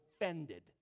offended